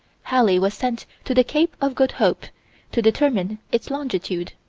halley was sent to the cape of good hope to determine its longitude.